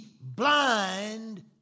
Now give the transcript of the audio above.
blind